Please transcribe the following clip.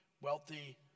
wealthy